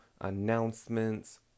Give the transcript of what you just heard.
announcements